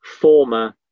former